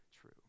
true